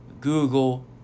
Google